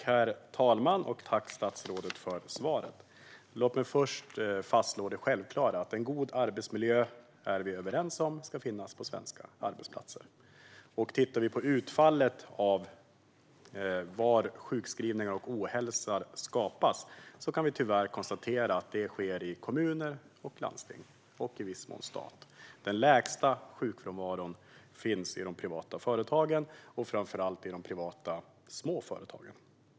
Herr talman! Tack, statsrådet, för svaret! Låt mig först fastslå det självklara: Vi är överens om att det ska finnas en god arbetsmiljö på svenska arbetsplatser. Tittar vi på utfallet var sjukskrivningar och ohälsa skapas kan vi tyvärr se att detta sker i kommuner och landsting och i viss mån även i statlig verksamhet. Den lägsta sjukfrånvaron finns inom de privata företagen och framför allt inom de privata små företagen.